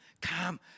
come